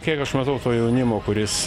kiek aš matau to jaunimo kuris